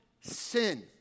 sin